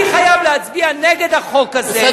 אני חייב להצביע נגד החוק הזה,